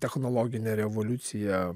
technologine revoliucija